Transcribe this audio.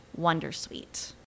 wondersuite